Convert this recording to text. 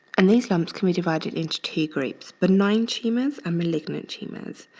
and these lumps can be divided into two groups. benign tumors and malignant tumors.